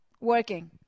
working